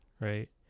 right